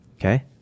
Okay